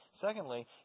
Secondly